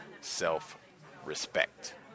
self-respect